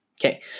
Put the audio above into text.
Okay